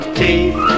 teeth